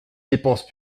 dépenses